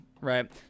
right